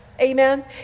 Amen